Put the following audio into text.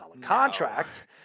contract